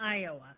Iowa